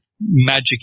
magic